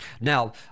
Now